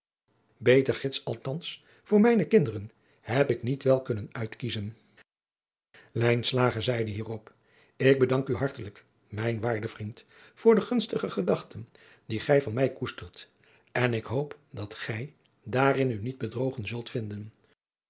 beter gids althans voor mijne kinderen heb ik niet wel kunnen uitkiezen lijnslager zeide hier op ik bedank u hartelijk mijn waarde vriend voor de gunstige geadriaan loosjes pzn het leven van maurits lijnslager dachten die gij van mij koestert en ik hoop dat gij daarin u niet bedrogen zult vinden